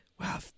wow